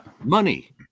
money